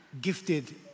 gifted